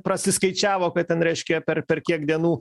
prasiskaičiavo kad ten reiškia per per kiek dienų